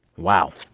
wow